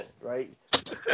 Right